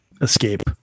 escape